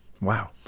Wow